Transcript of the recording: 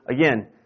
Again